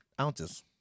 Ounces